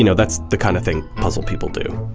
you know that's the kind of thing puzzle people do.